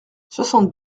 soixante